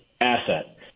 asset